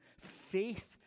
faith